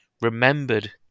remembered